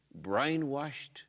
brainwashed